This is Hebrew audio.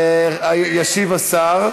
ישיב השר.